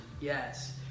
yes